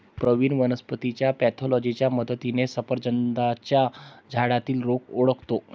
प्रवीण वनस्पतीच्या पॅथॉलॉजीच्या मदतीने सफरचंदाच्या झाडातील रोग ओळखतो